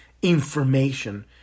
information